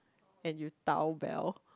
and you dao Belle